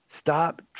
Stop